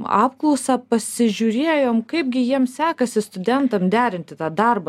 apklausą pasižiūrėjom kaipgi jiem sekasi studentam derinti tą darbą